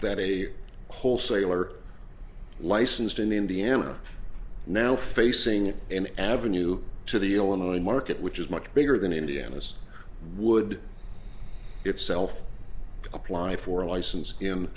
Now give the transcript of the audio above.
that a wholesaler licensed in indiana now facing an avenue to the illinois market which is much bigger than indiana's would itself applied for a license in